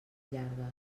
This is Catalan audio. llargues